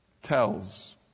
tells